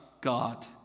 God